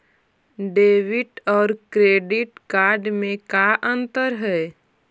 Debit और credit card में का अंतर है?